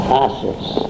passes